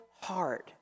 hard